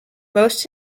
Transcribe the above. most